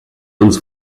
uns